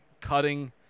cutting